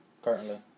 Currently